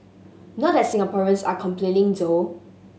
not that Singaporeans are complaining though